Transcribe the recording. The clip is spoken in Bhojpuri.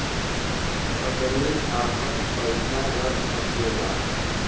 अदमी आपन पइसा रख सकेला